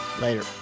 Later